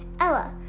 Ella